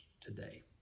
today